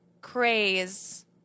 craze